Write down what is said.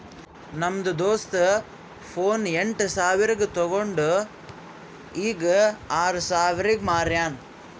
ನಮ್ದು ದೋಸ್ತ ಫೋನ್ ಎಂಟ್ ಸಾವಿರ್ಗ ತೊಂಡು ಈಗ್ ಆರ್ ಸಾವಿರ್ಗ ಮಾರ್ಯಾನ್